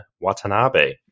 Watanabe